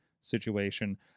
situation